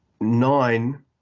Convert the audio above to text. nine